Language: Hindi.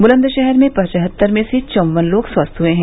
बुलन्दशहर में पचहत्तर में से चौवन लोग स्वस्थ हुए हैं